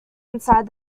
inside